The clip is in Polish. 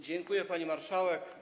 Dziękuję, pani marszałek.